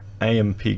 AMP